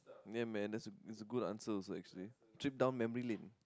ya man that's a that's a good answer also actually trip down memory lane